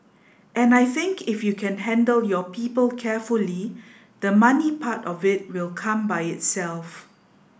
and I think if you can handle your people carefully the money part of it will come by itself